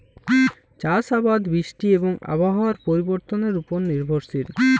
চাষ আবাদ বৃষ্টি এবং আবহাওয়ার পরিবর্তনের উপর নির্ভরশীল